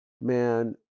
man